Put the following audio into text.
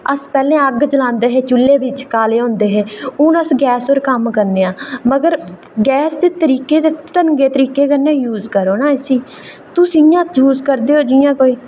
अस पैह्लें अग्ग जलांदे चु'ल्ले बिच ओह् काले होंदे हे हून अस गैस पर कम्म करने आं मगर गैस ढंगै तरीके कन्नै यूज़ करो ना इसी तुस इं'या यूज़ करदे ओ जि'यां कोई